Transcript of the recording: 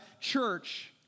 church